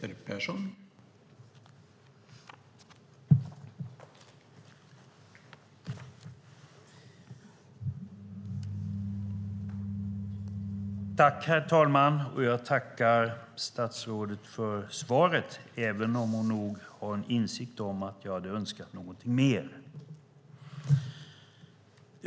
Herr talman! Jag tackar statsrådet för svaret, även om hon nog har en insikt om att jag hade önskat någonting mer.